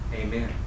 Amen